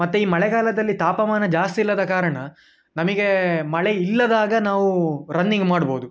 ಮತ್ತೆ ಈ ಮಳೆಗಾಲದಲ್ಲಿ ತಾಪಮಾನ ಜಾಸ್ತಿ ಇಲ್ಲದ ಕಾರಣ ನಮಗೆ ಮಳೆ ಇಲ್ಲದಾಗ ನಾವು ರನ್ನಿಂಗ್ ಮಾಡ್ಬೋದು